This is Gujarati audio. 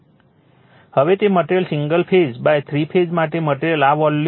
હવે તે material single phase three phase માટે મટેરીઅલ આ વોલ્યુમ છે